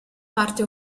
parte